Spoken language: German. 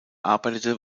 arbeitete